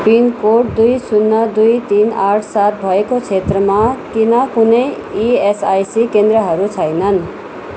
pin code दुई सुन्ना दुई तिन आठ सात भएको क्षेत्रमा किन कुनै इएसआइसी केन्द्रहरू छैनन्